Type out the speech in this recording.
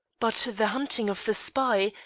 but the hunting of the spy,